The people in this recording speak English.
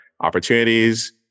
opportunities